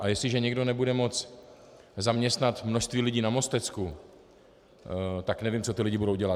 A jestliže někdo nebude moci zaměstnat množství lidí na Mostecku, tak nevím, co ti lidé budou dělat.